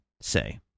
say